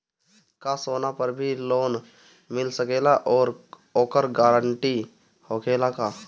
का सोना पर भी लोन मिल सकेला आउरी ओकर गारेंटी होखेला का?